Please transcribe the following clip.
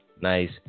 nice